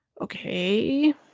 okay